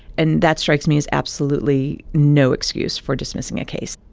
and that strikes me as absolutely no excuse for dismissing a case.